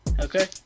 okay